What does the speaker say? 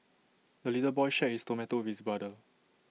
the little boy shared his tomato with brother